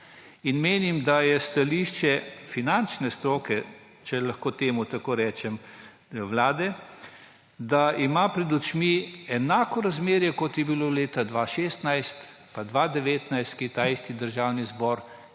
Menim, da je stališče finančne stroke, če lahko temu tako rečem, Vlade, da ima pred očmi enako razmerje, kot je bilo leta 2016 in 2019, ko je Državni zbor